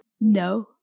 no